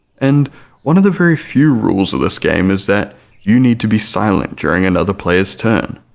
and one of the very few rules of this game is that you need to be silent during another player's turn,